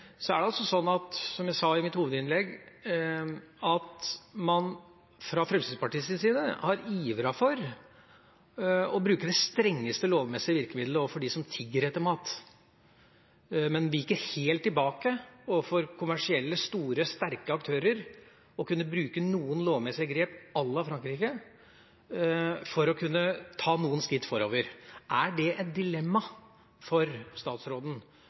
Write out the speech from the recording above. er det altså sånn – som jeg sa i mitt hovedinnlegg – at man fra Fremskrittspartiets side har ivret for å bruke det strengeste lovmessige virkemiddelet overfor dem som tigger etter mat, men viker helt tilbake overfor kommersielle, store, sterke aktører med hensyn til å kunne bruke noen lovmessige grep à la Frankrike for å kunne ta noen skritt forover. Er det et dilemma for statsråden?